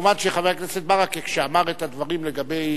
מובן שחבר הכנסת ברכה, כשאמר את הדברים לגבי